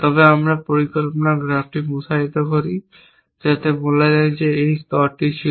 তবে আমরা পরিকল্পনা গ্রাফটি প্রসারিত করি যাতে বলা যায় যে এটি সেই স্তরটি ছিল